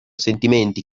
sentimenti